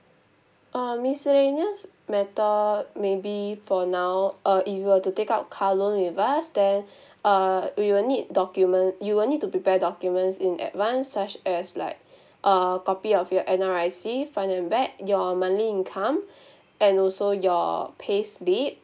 uh miscellaneous matter maybe for now uh if you were to take out car loan with us then uh we will need document you will need to prepare documents in advance such as like uh copy of your N_R_I_C front and back your monthly income and also your payslip